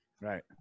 Right